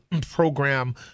program